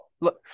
Look